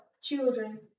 children